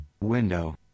window